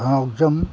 ꯊꯧꯅꯥꯎꯖꯝ